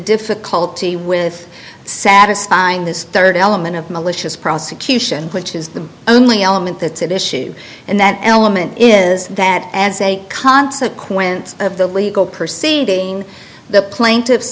difficulty with satisfying this third element of malicious prosecution which is the only element that's at issue and that element is that as a consequence of the legal proceeding the plaintiffs